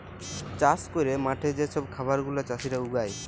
চাষ ক্যইরে মাঠে যে ছব খাবার গুলা চাষীরা উগায়